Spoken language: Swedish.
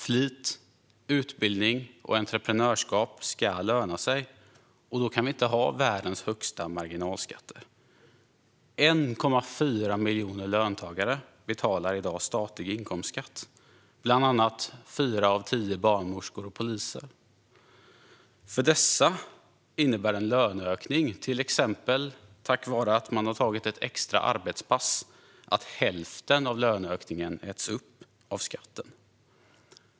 Flit, utbildning och entreprenörskap ska löna sig, och då kan vi inte ha världens högsta marginalskatter. 1,4 miljoner löntagare betalar i dag statlig inkomstskatt, bland annat fyra av tio barnmorskor och poliser. För dem innebär detta att en löneökning, till exempel tack vare att de tagit ett extra arbetspass, till hälften äts upp av skatten.